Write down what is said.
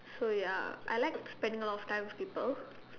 so ya I like spending a lot of time with people